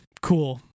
cool